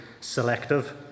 selective